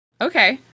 Okay